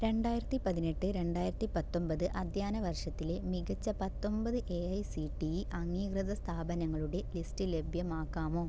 രണ്ടായിരത്തി പതിനെട്ട് രണ്ടായിരത്തി പത്തൊമ്പത് അധ്യയന വർഷത്തിലെ മികച്ച പത്തൊമ്പത് A I C T E അംഗീകൃത സ്ഥാപനങ്ങളുടെ ലിസ്റ്റ് ലഭ്യമാക്കാമോ